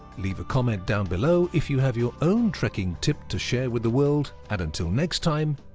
leave a comment down below if you have your own trekking tip to share with the world and until next time,